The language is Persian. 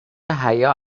حیا